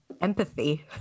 empathy